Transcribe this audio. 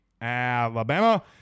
Alabama